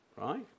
right